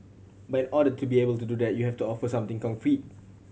but in order to be able to do that you have to offer something concrete